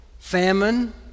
famine